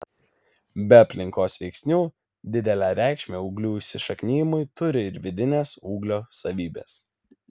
be aplinkos veiksnių didelę reikšmę ūglių įsišaknijimui turi ir vidinės ūglio savybės